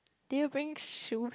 did you bring shoes